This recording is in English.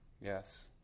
yes